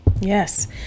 Yes